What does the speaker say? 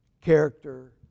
Character